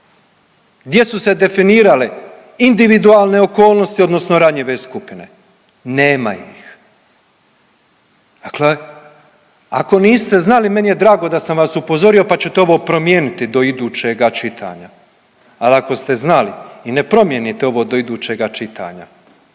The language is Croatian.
gdje su se definirale individualne okolnosti odnosno ranjive skupine. Nema ih, dakle ako niste znali, meni je drago da sam vas upozorio, pa ćete ovo promijeniti do idućega čitanja, al ako ste znali i ne promijenite ovo do idućega čitanja